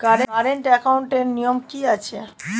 Current একাউন্টের নিয়ম কী আছে?